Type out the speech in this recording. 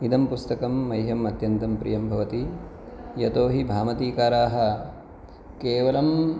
इदं पुस्तकं मह्यम् अत्यन्तं प्रियं भवति यतोहि भामतिकाराः केवलम्